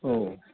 औ